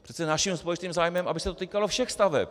Přece naším společným zájmem je, aby se to týkalo všech staveb.